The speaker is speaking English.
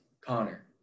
Connor